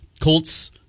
Colts